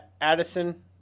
Addison